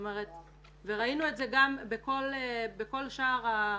וראינו את זה גם בכל הארץ.